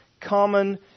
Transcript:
common